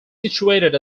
situated